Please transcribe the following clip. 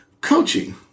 coaching